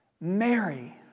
Mary